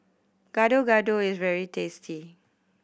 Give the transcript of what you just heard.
Gado Gado is very tasty